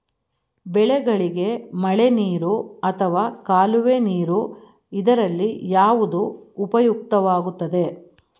ಬೆಳೆಗಳಿಗೆ ಮಳೆನೀರು ಅಥವಾ ಕಾಲುವೆ ನೀರು ಇದರಲ್ಲಿ ಯಾವುದು ಉಪಯುಕ್ತವಾಗುತ್ತದೆ?